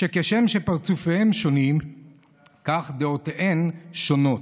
שכשם שפרצופיהם שונים כך דעותיהם שונות.